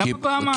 למה פעמיים?